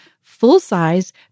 full-size